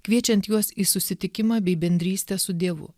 kviečiant juos į susitikimą bei bendrystę su dievu